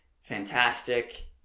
fantastic